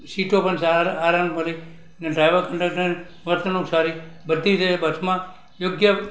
સીટો પણ આરામવાળી ને ડ્રાઈવર કંડકટરની વર્તણૂંક સારી બધી રીતે બસમાં યોગ્ય